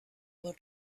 will